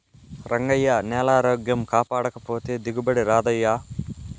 రంగయ్యా, నేలారోగ్యం కాపాడకపోతే దిగుబడి రాదయ్యా